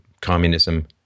communism